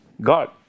god